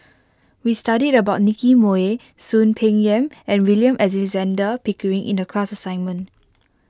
we studied about Nicky Moey Soon Peng Yam and William Alexander Pickering in the class assignment